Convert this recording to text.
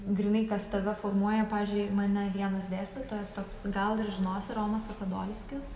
grynai kas tave formuoja pavyzdžiui mane vienas dėstytojas toks gal ir žinosi romas sakadolskis